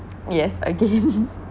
yes again